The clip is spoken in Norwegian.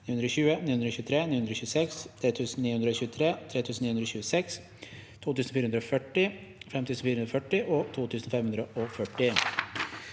920, 923, 926, 3923, 3926, 2440, 5440 og 2540)